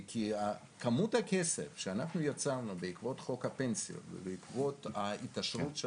כמות הכסף שאנחנו יצרנו בעקבות חוק הפנסיות ובעקבות ההתעשרות של